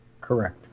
Correct